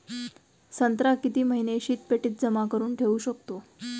संत्रा किती महिने शीतपेटीत जमा करुन ठेऊ शकतो?